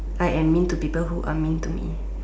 I am mean to people who are mean to me